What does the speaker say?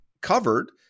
covered